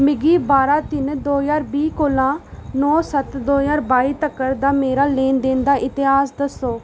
मिगी बारां तिन दो ज्हार बीह् कोला नौ सत्त दो ज्हार बाई तकर दा मेरा लैन देन दा इतेहास दस्सो